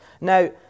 Now